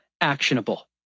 actionable